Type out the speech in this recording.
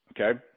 okay